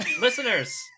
Listeners